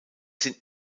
sind